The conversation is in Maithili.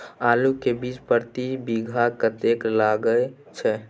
आलू के बीज प्रति बीघा कतेक लागय छै?